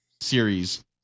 series